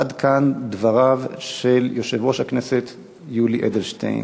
עד כאן דבריו של יושב-ראש הכנסת יולי אדלשטיין.